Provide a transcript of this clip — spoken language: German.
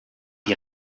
die